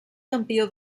campió